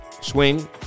Swing